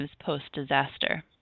post-disaster